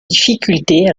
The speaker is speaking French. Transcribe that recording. difficulté